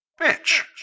Bitch